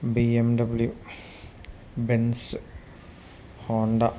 B M W Benz Honda